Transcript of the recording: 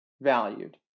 valued